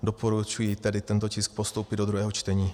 Doporučuji tedy tento tisk postoupit do druhého čtení.